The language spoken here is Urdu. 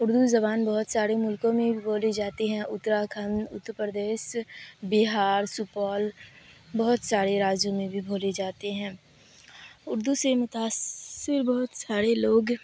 اردو زبان بہت ساڑے ملکوں میں بھی بولی جاتی ہیں اتراکھنڈ اتر پردیس بہار سپول بہت سارے راجیوں میں بھی بولی جاتی ہیں اردو سے متاثر بہت ساڑے لوگ